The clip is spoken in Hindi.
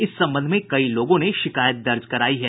इस संबंध में कई लोगों ने शिकायत दर्ज करायी है